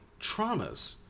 traumas